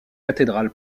cathédrale